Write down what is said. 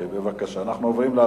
זה מה